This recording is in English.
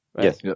Yes